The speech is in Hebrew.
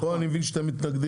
פה אני מבין שאתם מתנגדים.